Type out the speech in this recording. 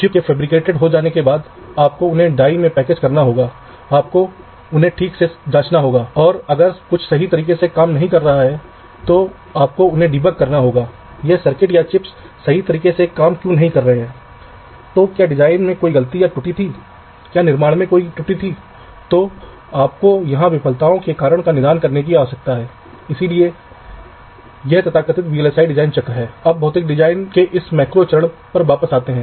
चूँकि धातु की परत की प्रतिरोधकता बहुत अच्छी होती है इसलिए इसका प्रतिरोध कम होता है ताकि सिग्नल की गिरावट अन्य चीजों से बहुत कम हो जाए यह बड़ी धाराओं को भी ले जा सकता है यही कारण है कि सभी विद्युत नेटवर्क धातु की परत पर बिछाए जाते हैं